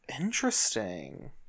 Interesting